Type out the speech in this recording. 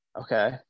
Okay